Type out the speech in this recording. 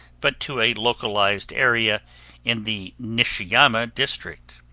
but to a localized area in the nishiyama district.